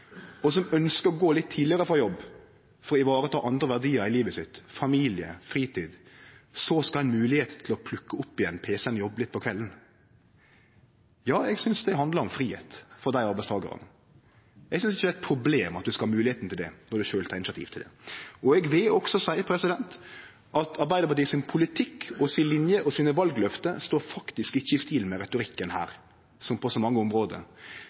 og som ønskjer å gå litt tidlegare frå jobb for å ta vare på andre verdiar i livet sitt – familie, fritid – skal ha moglegheit til å plukke opp igjen pc-en og jobbe litt på kvelden. Ja, eg synest det handlar om fridom for dei arbeidstakarane. Eg synest ikkje det er eit problem at dei skal ha moglegheit til det når dei sjølve tek initiativ til det. Eg vil også seie at Arbeidarpartiet sin politikk, linja og valløfta deira faktisk ikkje står i stil med retorikken her, som på så mange område,